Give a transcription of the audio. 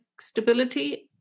stability